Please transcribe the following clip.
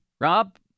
Rob